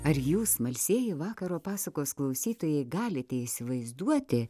ar jūs smalsieji vakaro pasakos klausytojai galite įsivaizduoti